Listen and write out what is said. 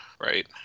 right